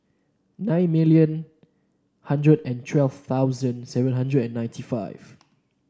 nine million hundred and twelve thousand seven hundred and ninety five